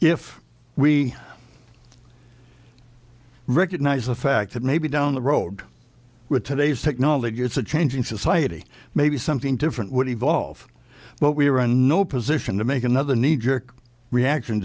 if we recognize the fact that maybe down the road with today's technology it's a changing society maybe something different would evolve but we are in no position to make another kneejerk reaction